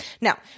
Now